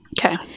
Okay